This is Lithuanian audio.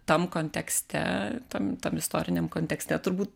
tam kontekste tam tam istoriniam kontekste turbūt